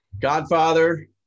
Godfather